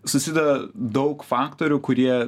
susideda daug faktorių kurie